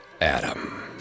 Adam